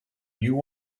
new